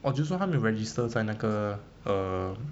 orh 就是说他没有 register 在那个 uh